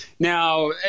Now